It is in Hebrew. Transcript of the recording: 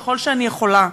ככל שאני יכולה,